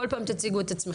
מזכירה שכל פעם תציגו עצמכן.